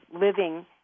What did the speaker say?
living